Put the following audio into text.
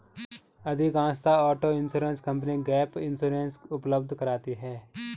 अधिकांशतः auto insurance company gap insurance उपलब्ध कराती है